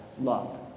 love